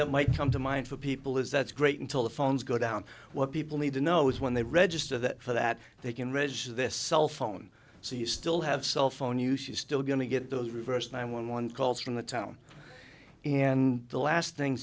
that might come to mind for people is that's great until the phones go down what people need to know is when they register that for that they can read this cell phone so you still have cell phone use is still going to get those reverse nine one one calls from the town and the last thing